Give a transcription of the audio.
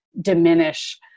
diminish